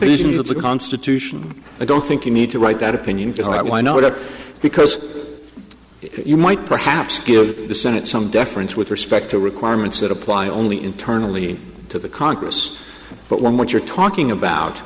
the constitution i don't think you need to write that opinion just that why not because you might perhaps give the senate some deference with respect to requirements that apply only internally to the congress but when what you're talking about